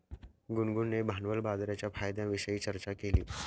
गुनगुनने भांडवल बाजाराच्या फायद्यांविषयी चर्चा केली